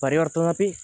परिवर्तुम् अपि